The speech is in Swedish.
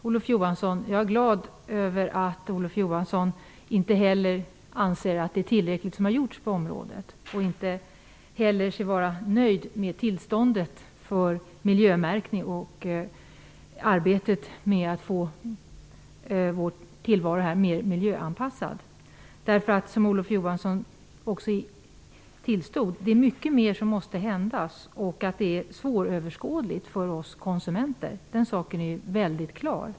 Fru talman! Jag är glad över att Olof Johansson inte anser att det har gjorts tillräckligt på området. Han säger sig inte heller vara nöjd med tillståndet när det gäller miljömärkning och arbetet med att få tillvaron mer miljöanpassad. Som Olof Johansson också tillstod är det mycket mer som måste hända. Det hela är svåröverskådligt för oss konsumenter. Den saken är klar.